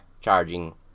charging